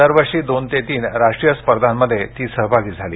दर वर्षी दोन ते तीन राष्ट्रीय स्पर्धांमध्ये ती सहभागी झाली